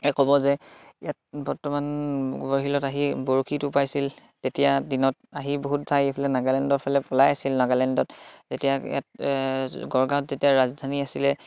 ক'ব যে ইয়াত বৰ্তমান বৰশীলত আহি বৰশীটো পাইছিল তেতিয়া দিনত আহি বহুত ঠাই এইফালে নাগালেণ্ডৰ ফালে পলাই আছিল নাগালেণ্ডত যেতিয়া ইয়াত গড়গাঁৱত যেতিয়া ৰাজধানী আছিলে